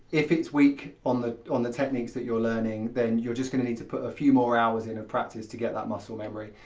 if it's weak on the on the techniques that you're learning then you're just going to need to put a few more hours in and practise to get that muscle memory.